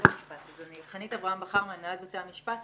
חנית אברהם בכר, מהנהלת בתי המשפט.